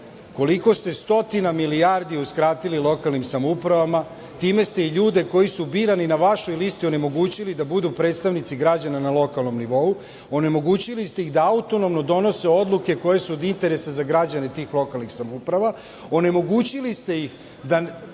koliko ste stotina milijardi uskratili lokalnim samoupravama? Time ste i ljude koji su birani na vašoj listi onemogućili da budu predstavnici građana na lokalnom nivou. Onemogućili ste ih da autonomno donose oduke koje su od interesa za građane tih lokalnih samouprava. Onemogućili ste ih da